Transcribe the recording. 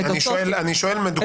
אני שואל באופן מדוקדק.